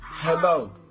Hello